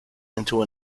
into